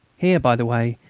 here, by the way,